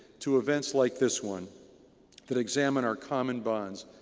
to events like this one that examine our common bonds,